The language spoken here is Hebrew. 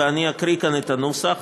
ואקריא כאן את הנוסח.